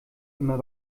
immer